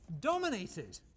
dominated